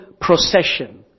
procession